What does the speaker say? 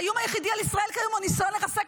האיום הקיומי על ישראל כיום הוא הניסיון לרסק